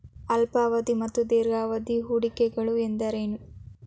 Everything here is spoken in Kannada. ಅಲ್ಪಾವಧಿ ಮತ್ತು ದೀರ್ಘಾವಧಿ ಹೂಡಿಕೆಗಳು ಎಂದರೇನು?